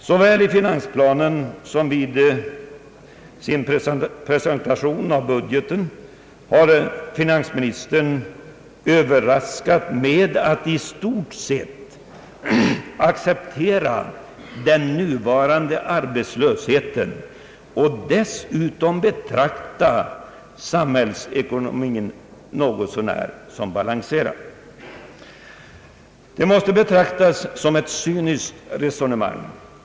Såväl i finansplanen som i sin presentation av budgeten har finansministern överraskat med att i stort sett acceptera den nuvarande arbetslösheten och dessutom betrakta samhällsekonomin som något så när balanserad. Det måste anses som ett cyniskt resonemang.